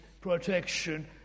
protection